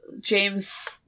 James